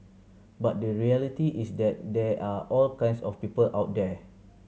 but the reality is that there are all kinds of people out there